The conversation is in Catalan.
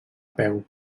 peu